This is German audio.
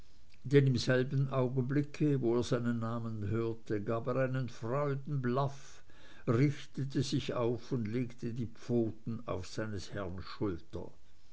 denn im selben augenblick wo er seinen namen hörte gab er einen freudenblaff richtete sich auf und legte die pfoten auf seines herrn schulter